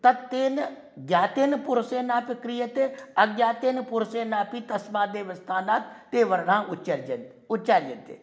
तत् तेन ज्ञातेन पुरुषेणापि क्रियते अज्ञातेन पुरुषेणापि तस्माद् एव स्थानाद् ते वर्णाः उच्चरजन् उच्चार्यन्ते